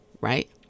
right